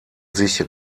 sich